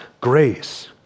grace